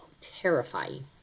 terrifying